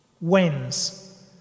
wins